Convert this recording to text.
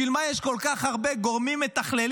בשביל מה יש כל כך הרבה גורמים מתכללים